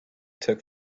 took